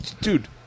dude